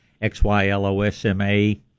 X-Y-L-O-S-M-A